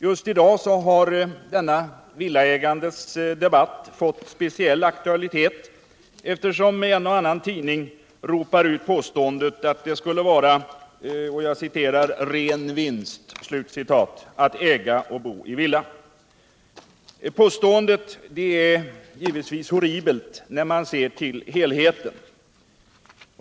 Just i dag har denna villaägandets debatt fått en särskild aktualitet, eftersom en och annan tidning ropar ut påståendet att det skulle vara ”ren vinst” att äga villa och bo i villa. Påståendet är givetvis horribelt, om man ser till helheten.